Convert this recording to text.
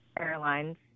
airlines